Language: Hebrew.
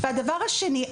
הדבר השני,